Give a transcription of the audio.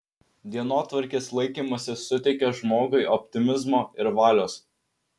dienotvarkės laikymasis suteikia žmogui optimizmo ir valios